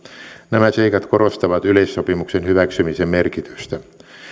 nämä seikat korostavat yleissopimuksen hyväksymisen merkitystä